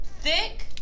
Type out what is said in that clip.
thick